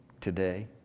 today